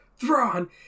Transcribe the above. Thrawn